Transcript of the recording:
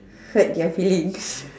hurt their feelings